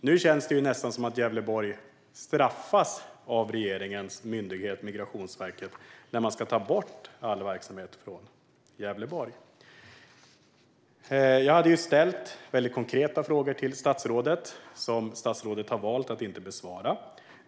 Nu känns det nästan som att Gävleborg straffas av regeringens myndighet Migrationsverket när den ska ta bort all verksamhet från Gävleborg. Jag har ställt konkreta frågor till statsrådet, som statsrådet har valt att inte besvara.